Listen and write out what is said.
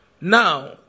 Now